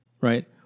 right